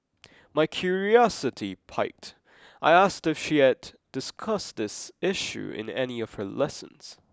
my curiosity piqued I asked if she had discussed this issue in any of her lessons